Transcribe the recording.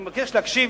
ואני מבקש להקשיב,